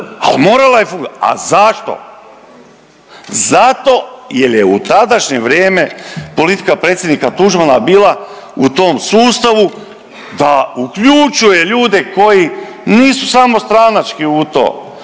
a zašto? Zato jer je u tadašnje vrijeme politika predsjednika Tuđmana bila u tom sustavu da uključuje ljude koji nisu samo stranački u to,